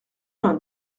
vingt